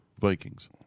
Vikings